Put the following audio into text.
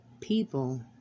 people